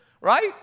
right